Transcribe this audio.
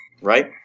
right